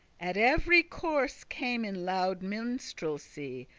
at every course came in loud minstrelsy,